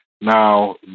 Now